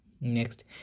Next